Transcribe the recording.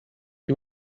you